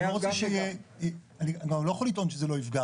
אני גם לא יכול לטעון שזה לא יפגע,